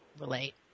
relate